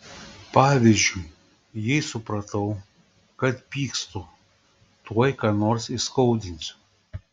pavyzdžiui jei supratau kad pykstu tuoj ką nors įskaudinsiu